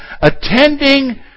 Attending